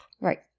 Right